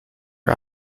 are